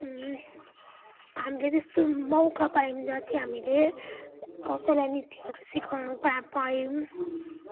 हामीले त्यस्तो मौका पायौँ जहाँ चाहिँ हामीले कसैलाई नृत्यहरू सिकाउन पायौँ